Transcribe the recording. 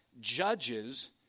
judges